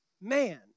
man